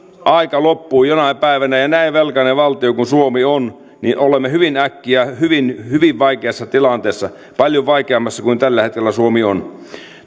aika loppuu jonain päivänä ja näin velkainen valtio kun suomi on niin olemme hyvin äkkiä hyvin hyvin vaikeassa tilanteessa paljon vaikeammassa kuin tällä hetkellä suomi on